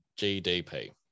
GDP